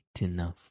enough